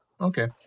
Okay